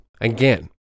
Again